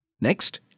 Next